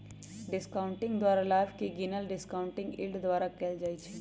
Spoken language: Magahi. डिस्काउंटिंग द्वारा लाभ के गिनल डिस्काउंटिंग यील्ड द्वारा कएल जाइ छइ